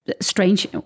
strange